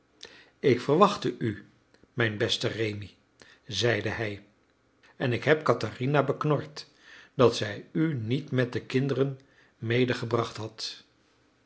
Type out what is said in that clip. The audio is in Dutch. ik verwachtte u mijn beste rémi zeide hij en ik heb katherina beknord dat zij u niet met de kinderen medegebracht had